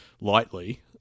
lightly